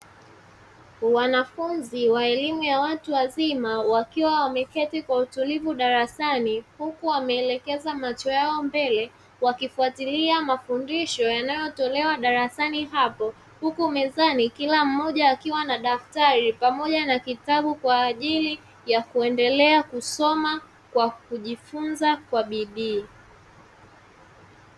Wanafunzi wa elimu ya watu wazima wakiwa wameketi kwa utulivu darasani huku wameelekeza macho yao mbele, wakifuatilia mafundisho yanayotolewa darasani hapo huku mezani kila mmoja akiwa na daftari na kitabu kwa ajili ya kuendelea kusoma kwa kujifunza kwa bidii.